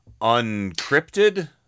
Uncrypted